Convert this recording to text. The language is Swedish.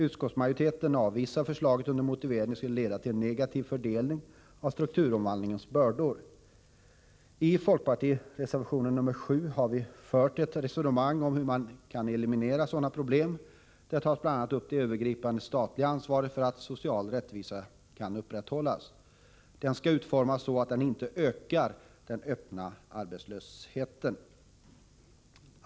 Utskottsmajoriteten avvisar förslaget med motiveringen att det skulle leda till en negativ fördelning av strukturomvandlingens bördor. I folkpartireservationen nr 7 har vi försökt föra ett resonemang om hur man kan eliminera sådana problem. Där tas bl.a. upp frågan om det övergripande statliga ansvaret för att social rättvisa skall kunna upprätthållas. Detta ansvar skall utformas så att det inte bidrar till att öka den öppna arbetslösheten.